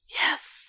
Yes